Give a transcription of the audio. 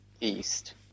east